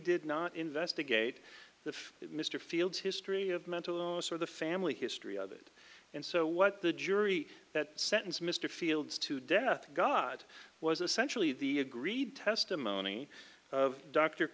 did not investigate the mr fields history of mental illness or the family history of it and so what the jury that sentence mr fields to death god was essentially the agreed testimony of dr